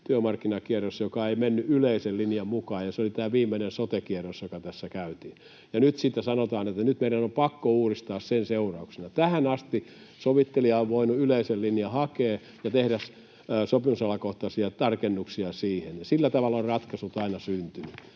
työmarkkinakierros, joka ei mennyt yleisen linjan mukaan, ja se oli tämä viimeinen sote-kierros, joka tässä käytiin. Ja nyt sitten sanotaan, että nyt meidän on pakko uudistaa sen seurauksena. Tähän asti sovittelija on voinut yleisen linjan hakea ja tehdä sopimusalakohtaisia tarkennuksia siihen, ja sillä tavalla ovat ratkaisut aina syntyneet.